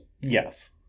Yes